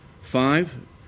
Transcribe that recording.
Five